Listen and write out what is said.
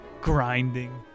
grinding